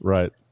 Right